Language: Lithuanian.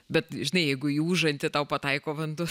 bet žinai jeigu į užantį tau pataiko vanduo